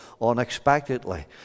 unexpectedly